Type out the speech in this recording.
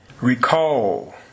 recall